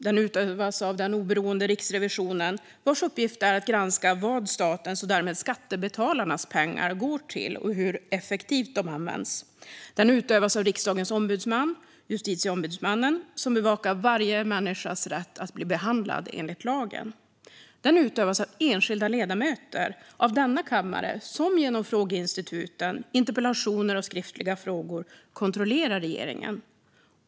Den utövas av den oberoende Riksrevisionen, vars uppgift är att granska vad statens och därmed skattebetalarnas pengar går till och hur effektivt de används. Den utövas av riksdagens ombudsman, Justitieombudsmannen, som bevakar varje människas rätt att bli behandlad enligt lagen. Den utövas av enskilda ledamöter av denna kammare som genom frågeinstituten, interpellationer och skriftliga frågor kontrollerar regeringen.